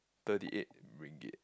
thirty eight ringgit